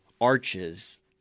arches